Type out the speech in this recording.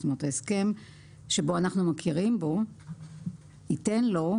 זאת אומרת, הסכם שבו אנחנו מכירים בו ייתן לו,